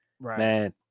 man